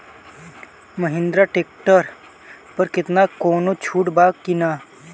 Mahindra tractor पर केतना कौनो छूट बा कि ना?